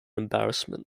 embarrassment